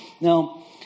Now